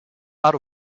out